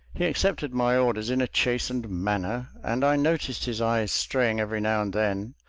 he accepted my orders in a chastened manner, and i noticed his eyes straying every now and then,